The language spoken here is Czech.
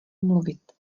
mluvit